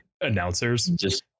announcers